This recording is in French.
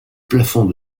plafond